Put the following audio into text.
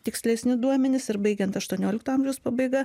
tikslesni duomenys ir baigiant aštuoniolikto amžiaus pabaiga